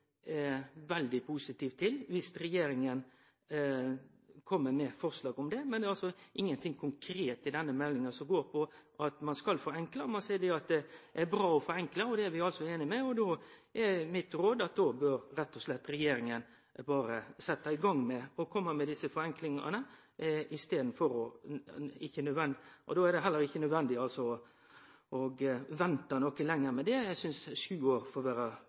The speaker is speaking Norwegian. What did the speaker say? konkret i denne meldinga som går på at ein skal forenkle. Ein seier at det er bra å forenkle, og det er vi einige i. Mitt råd er at då bør regjeringa rett og slett berre setje i gang og kome med desse forenklingane. Då er det heller ikkje nødvendig å vente noko lenger med det – eg synest sju år får vere